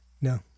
No